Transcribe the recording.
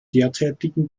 derzeitigen